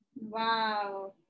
Wow